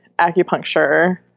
acupuncture